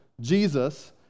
Jesus